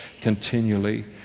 continually